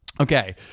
Okay